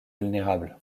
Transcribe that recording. vulnérables